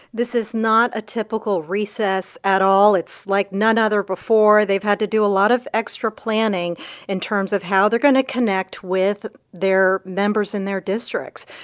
this is not a typical recess at all. it's like none other before. they've had to do a lot of extra planning in terms of how they're going to connect with their members in their districts.